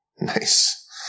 Nice